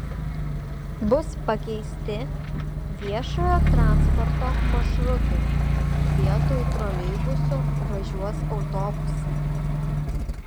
bus pakeisti viešojo transporto maršrutai vietoj troleibusų važiuos autobusai